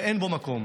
ואין לו מקום.